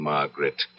Margaret